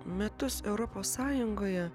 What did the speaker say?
metus europos sąjungoje